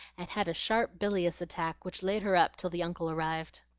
and had a sharp bilious attack which laid her up till the uncle arrived.